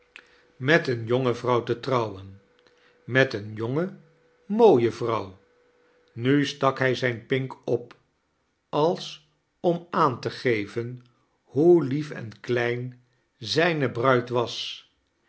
met eene charles dickens jonge vrouw te trouwen met eene jonge mooie vrouw nu stak lidj zijn pink op als om aan te geven hoe lief en klein zijne bruid was